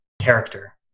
character